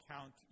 count